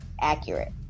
accurate